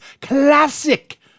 classic